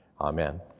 Amen